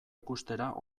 ikustera